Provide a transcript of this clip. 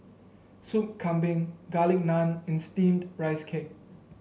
Sop Kambing Garlic Naan and steamed Rice Cake